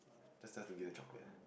just tell them to give the chocolate